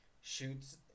shoots